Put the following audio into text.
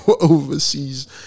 overseas